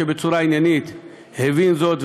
שבצורה עניינית הבין זאת,